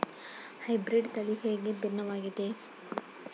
Hybrid ತಳಿ ಹೇಗೆ ಭಿನ್ನವಾಗಿದೆ?